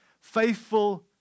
faithful